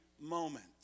moment